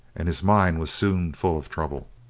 and his mind was soon full of trouble.